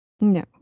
no